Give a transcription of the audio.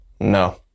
No